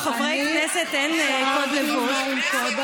לחברי כנסת אין קוד לבוש.